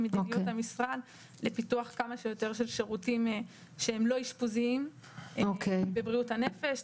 מדיניות המשרד לפיתוח כמה שיותר של שירותים שהם לא אשפוזיים בבריאות הנפש.